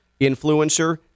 influencer